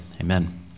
amen